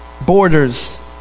borders